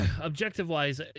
Objective-wise